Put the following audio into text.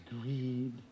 greed